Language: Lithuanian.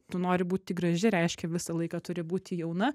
tu nori būti graži reiškia visą laiką turi būti jauna